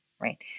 Right